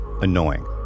annoying